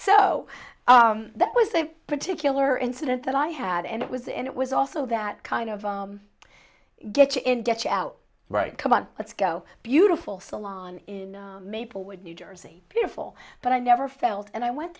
so that was a particular incident that i had and it was it was also that kind of get you in get you out right come on let's go beautiful salon in maplewood new jersey beautiful but i never felt and i went